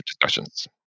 discussions